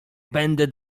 będę